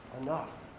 Enough